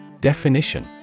Definition